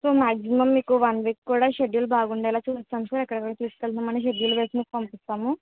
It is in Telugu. సో మ్యాక్సిమమ్ మీకు వన్ వీక్ కూడా షెడ్యూల్ బాగుండేలా చూస్తాను సార్ ఎక్కడికి తీసుకువెళతాం అనేది షెడ్యూల్ వేసి మీకు పంపిస్తాము